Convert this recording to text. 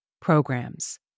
programs